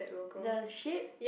the ship